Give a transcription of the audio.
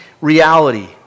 reality